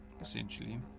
essentially